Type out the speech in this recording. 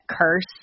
curse